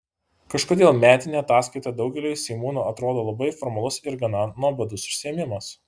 kažkodėl metinė ataskaita daugeliui seimūnų atrodo labai formalus ir gana nuobodus užsiėmimas